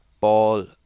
ball